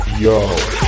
Yo